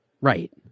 Right